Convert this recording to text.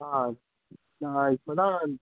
ஆ நான் இப்போ தான்